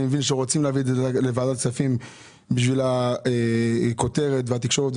אני מבין שרוצים להביא את זה לוועדת הכספים בשביל הכותרת והתקשורת,